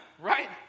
Right